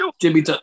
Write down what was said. Jimmy